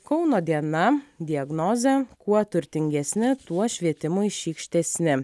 kauno diena diagnozė kuo turtingesni tuo švietimui šykštesni